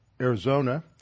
Arizona